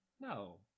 No